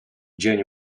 dzień